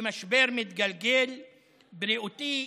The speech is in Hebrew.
במשבר מתגלגל בריאותי,